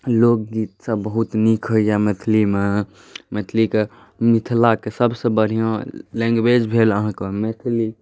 लोकगीतसब बहुत नीक होइए मैथिलीमे मैथिलीके मिथिलाके सबसँ बढ़िआँ लैँग्वेज भेल अहाँके मैथिली